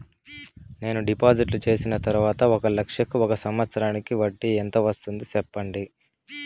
నేను డిపాజిట్లు చేసిన తర్వాత ఒక లక్ష కు ఒక సంవత్సరానికి వడ్డీ ఎంత వస్తుంది? సెప్పండి?